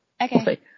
Okay